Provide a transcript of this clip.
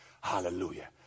Hallelujah